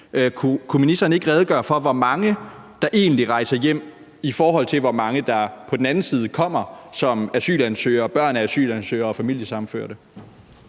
Kunne ministeren ikke redegøre for, hvor mange der egentlig rejser hjem, i forhold til hvor mange der på den anden side kommer som asylansøgere, børn af asylansøgere og familiesammenførte?